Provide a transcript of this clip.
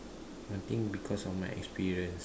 one thing because of my experience